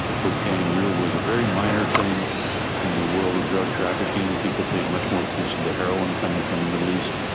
cocaine really was a very minor thing in the world of drug trafficking. people paid much more attention to heroin coming from the middle east.